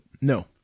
No